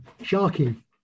Sharky